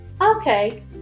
okay